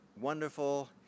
wonderful